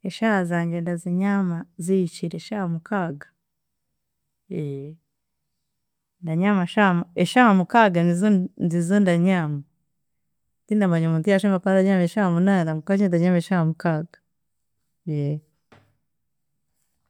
Eshaaha zangye ndazinyama zihikire shaaha mukaaga. Ndanyaama shaaha mu- eshaaha mukaaga nizo ndanyama, tindamanya omuntu ya ashemeriire kuba aranyama eshaaha munaana, konka nyowe ndanyama eshaaha mukaaga.